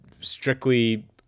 strictly